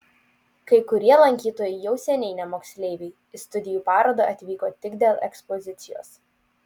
kai kurie lankytojai jau seniai ne moksleiviai į studijų parodą atvyko tik dėl ekspozicijos